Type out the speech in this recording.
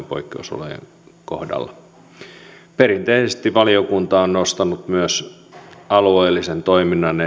poikkeusolojen kohdalla perinteisesti valiokunta on nostanut myös alueellisen toiminnan